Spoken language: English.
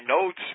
notes